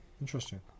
interesting